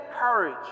courage